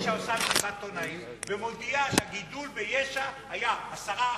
מועצת יש"ע עושה כל שנה מסיבת עיתונאים ומודיעה שהגידול ביש"ע היה 10%,